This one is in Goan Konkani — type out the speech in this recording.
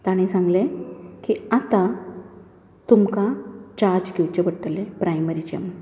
तांणी सांगले की आता तुमकां चार्ज घेवचे पडटले प्रायमरीचे म्हूण